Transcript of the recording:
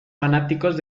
fanáticos